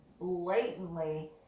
blatantly